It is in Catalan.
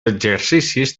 exercicis